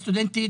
רק ישראליים.